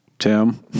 Tim